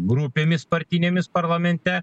grupėmis partinėmis parlamente